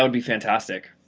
and be fantastic.